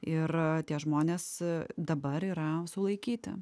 ir tie žmonės dabar yra sulaikyti